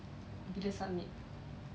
bila submit